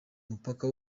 mupaka